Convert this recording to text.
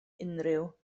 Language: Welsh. unrhyw